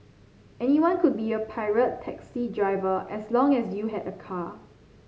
anyone could be a pirate taxi driver as long as you had a car